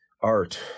art